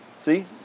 See